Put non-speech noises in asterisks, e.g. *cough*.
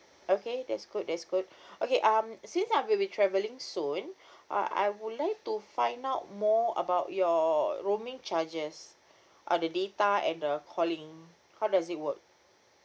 okay that's good that's good *breath* okay um since I'll be travelling soon *breath* uh I would like to find out more about your roaming charges on the data and the calling how does it work